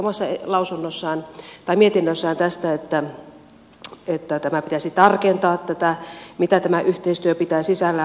sivistysvaliokuntakin lausui tuossa omassa mietinnössään tästä että pitäisi tarkentaa tätä mitä tämä yhteistyö pitää sisällään